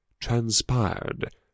transpired